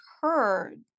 heard